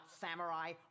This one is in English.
samurai